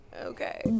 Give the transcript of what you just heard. Okay